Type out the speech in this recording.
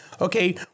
Okay